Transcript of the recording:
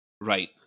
Right